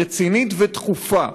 רצינית ודחופה: